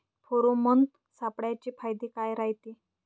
Pheromone सापळ्याचे फायदे काय रायते?